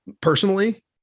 personally